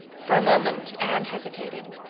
for a moment anne hesitated.